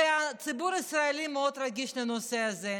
והציבור הישראלי מאוד רגיש לנושא הזה,